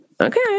okay